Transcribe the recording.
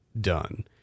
done